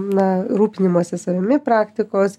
na rūpinimosi savimi praktikos